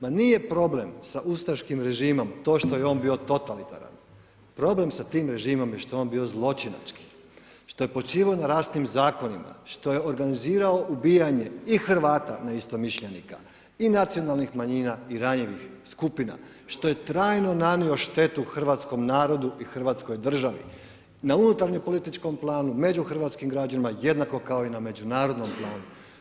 Ma nije problem sa ustaškim režimom to što je on bio totalitaran, problem sa tim režimom je što je on bio zločinački, što je počivao na rasnim zakonima, što je organizirao ubijanje i Hrvata neistomišljenika i nacionalnih manjina i ranjivih skupina što je trajno nanio štetu hrvatskom narodu i hrvatskoj državi, na unutarnjem političkom planu, među hrvatskim građanima jednako kao i na međunarodnom planu.